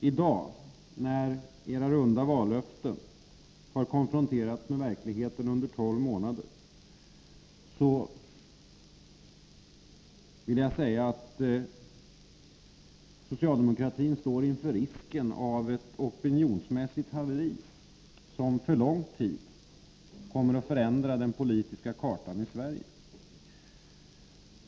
I dag, när era runda vallöften konfronterats med verkligheten under tolv månader, står socialdemokratin inför risken av ett opinionsmässigt haveri, som för lång tid kommer att förändra den politiska kartan i Sverige.